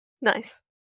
Nice